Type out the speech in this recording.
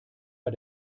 bei